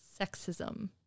sexism